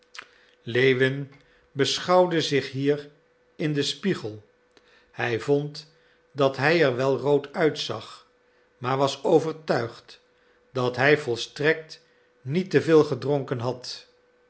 lewin beschouwde zich hier in den spiegel hij vond dat hij er wel rood uitzag maar was overtuigd dat hij volstrekt niet te veel gedronken had